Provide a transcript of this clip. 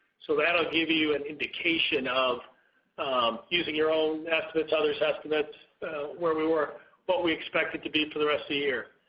so that i'll give you an indication of using your own estimates, others estimates so where we were what we expected to be for the rest of the year.